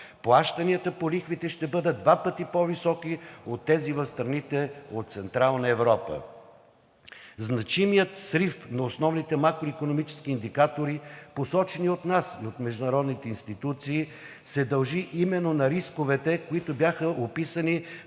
Плащанията по лихвите ще бъдат два пъти по-високи от тези в страните от Централна Европа. Значимият срив на основните макроикономически индикатори, посочени от нас и от международните институции, се дължи именно на рисковете, които бяха описани